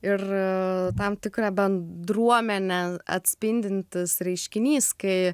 ir tam tikrą bendruomenę atspindintis reiškinys kai